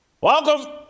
Welcome